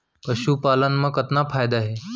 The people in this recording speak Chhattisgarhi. पशुपालन मा कतना फायदा हे?